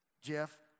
Jeff